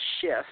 shift